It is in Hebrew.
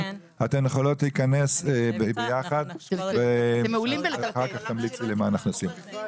אתן יכולות להיכנס ביחד ואחר כך תמליצי לי מה אנחנו עושים.